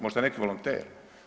Možda neki volonter?